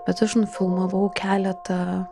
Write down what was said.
bet aš nufilmavau keletą